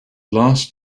last